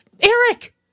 Eric